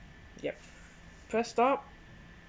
yup press stop